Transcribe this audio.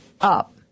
up